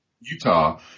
Utah